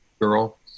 girl